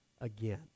again